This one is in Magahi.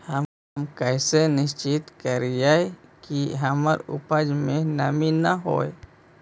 हम कैसे सुनिश्चित करिअई कि हमर उपज में नमी न होय?